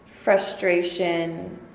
Frustration